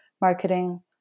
marketing